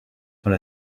dans